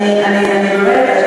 באמת,